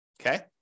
Okay